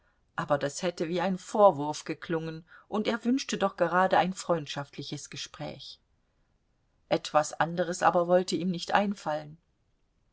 aber das hätte wie ein vorwurf geklungen und er wünschte doch gerade ein freundschaftliches gespräch etwas anderes aber wollte ihm nicht einfallen